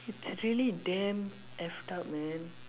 it's really damn F up man